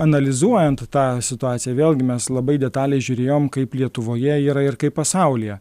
analizuojant tą situaciją vėlgi mes labai detaliai žiūrėjom kaip lietuvoje yra ir kaip pasaulyje